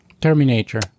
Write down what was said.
Terminator